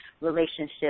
relationship